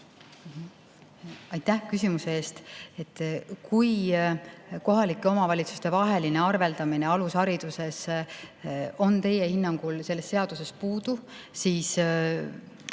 Aitäh küsimuse eest! Kui kohalike omavalitsuste vaheline arveldamine alushariduses on teie hinnangul sellest seaduseelnõust puudu, siis